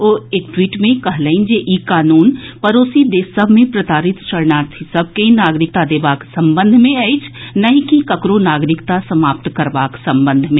ओ एक ट्वीट मे कहलनि जे ई कानून पड़ोसी देश सभ मे प्रताड़ित शरणार्थी सभ के नागरिकता देबाक सम्बंध मे अछि नहि की ककरो नागरिकता समाप्त करबाक संबंध मे